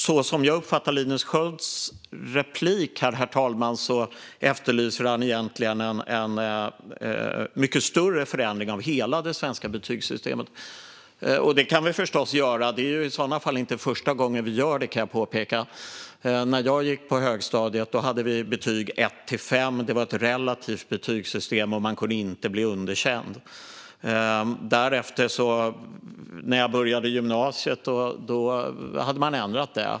Så som jag uppfattar Linus Skölds replik, herr talman, efterlyser han egentligen en mycket större förändring av hela det svenska betygssystemet. Det kan vi förstås göra. Det är i sådana fall inte första gången vi gör det, kan jag påpeka. När jag gick på högstadiet hade vi betyg 1-5. Det var ett relativt betygssystem, och man kunde inte bli underkänd. När jag började på gymnasiet hade man ändrat det.